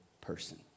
person